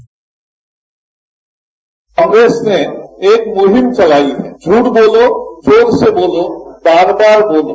bite Congress ने एक मुहिम चलाई है झूठ बोलो जोर से बोलो बार बार बोलो